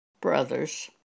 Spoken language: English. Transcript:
brothers